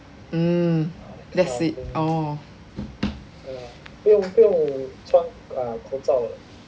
mm that's it orh